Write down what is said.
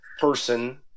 person